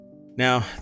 now